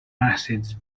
acids